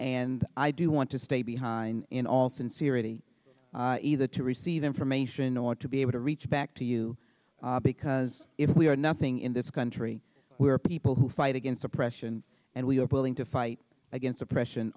nd i do want to stay behind in all sincerity either to receive information or to be able to reach back to you because if we are nothing in this country we are people who fight against oppression and we are pulling to fight against oppression